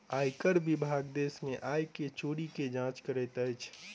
आयकर विभाग देश में आय के चोरी के जांच करैत अछि